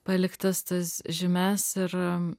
paliktas tas žymes ir